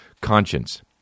Conscience